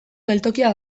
geltokia